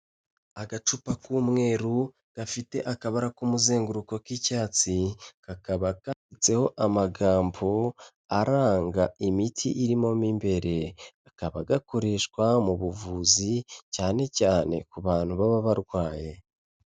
Agacupa k'umweru gafite akabara k'umuzenguruko k'icyatsi, kakaba kanditseho amagambo aranga imiti irimo mo imbere, kakaba gakoreshwa mu buvuzi, cyane cyane ku bantu baba barwaye.